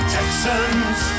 Texans